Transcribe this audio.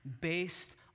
based